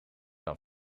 dan